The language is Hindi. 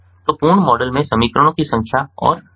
तो पूर्ण मॉडल में समीकरणों की संख्या और चर की संख्या समान हैं